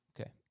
Okay